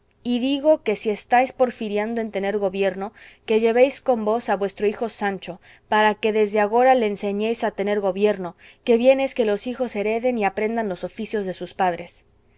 y digo que si estáis porfiando en tener gobierno que llevéis con vos a vuestro hijo sancho para que desde agora le enseñéis a tener gobierno que bien es que los hijos hereden y aprendan los oficios de sus padres